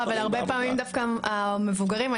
אבל הרבה פעמים דווקא למבוגרים לא נעים,